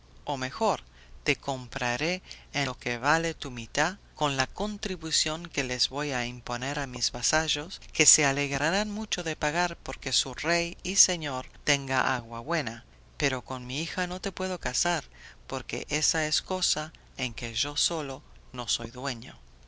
o mejor te compraré en lo que vale tu mitad con la contribución que les voy a imponer a mis vasallos que se alegrarán mucho de pagar porque su rey y señor tenga agua buena pero con mi hija no te puedo casar porque ésa es cosa en que yo solo no soy dueño